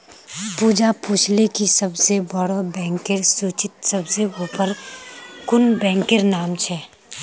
पूजा पूछले कि सबसे बोड़ो बैंकेर सूचीत सबसे ऊपर कुं बैंकेर नाम छे